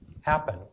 happen